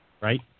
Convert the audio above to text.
Right